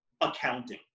accounting